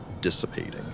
dissipating